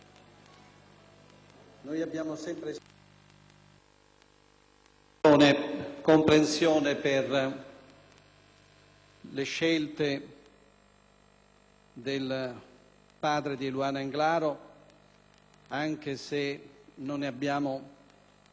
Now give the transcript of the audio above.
comprensione per le scelte del padre di Eluana Englaro, anche se non ne abbiamo condiviso lo scopo.